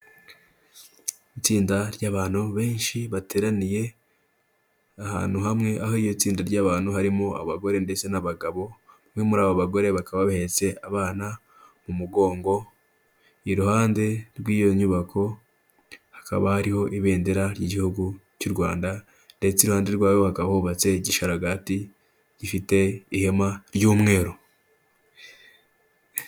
Itsinda ry'abantu benshi bateraniye ahantu hamwe, aho iryo tsinda ry'abantu harimo abagore ndetse n'abagabo, umwe muri abo bagore bakaba bahetse abana mu umugongo, iruhande rw'iyo nyubako hakaba hariho ibendera ry'igihugu cy'u Rwanda, ndetse iruhande rwayo hakaba hubatse igisharagati gifite ihema ry'umweru.